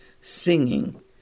singing